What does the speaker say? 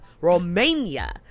Romania